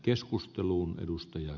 herra puhemies